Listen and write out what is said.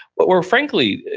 but where frankly,